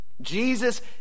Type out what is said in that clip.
Jesus